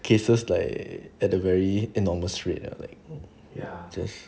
cases like at the very enormous straight lah like just